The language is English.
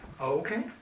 Okay